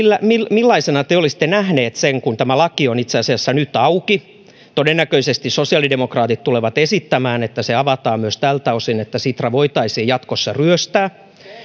millaisena te olisitte nähneet sen kun tämä laki on itse asiassa nyt auki todennäköisesti sosiaalidemokraatit tulevat esittämään että se avataan myös tältä osin että sitra voitaisiin jatkossa ryöstää